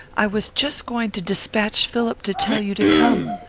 i was just going to despatch philip to tell you to come.